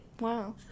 Wow